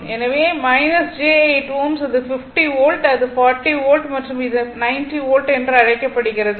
எனவே j8 Ω அது 50 volt அது 40 வோல்ட் மற்றும் இது 90 வோல்ட் என்று அழைக்கப்படுகிறது